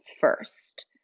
first